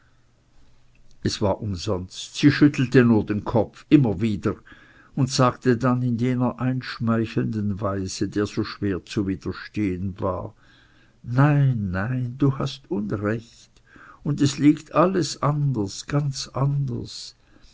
es war umsonst sie schüttelte nur den kopf immer wieder und sagte dann in jener einschmeichelnden weise der so schwer zu widerstehen war nein nein du hast unrecht und es liegt alles anders ganz anders